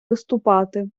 виступати